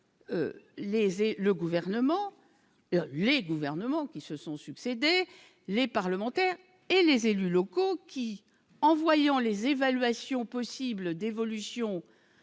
les gouvernements qui se sont succédé, les parlementaires et les élus locaux qui en voyant les évaluations possibles d'évolution